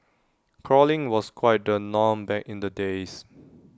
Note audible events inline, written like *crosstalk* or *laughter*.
crawling was quite the norm back in the days *noise*